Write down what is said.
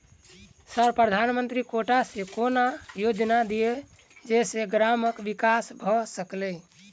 Sir प्रधानमंत्री quota सऽ कोनो योजना दिय जै सऽ ग्रामक विकास भऽ सकै?